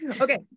Okay